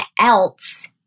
else